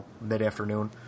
mid-afternoon